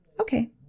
Okay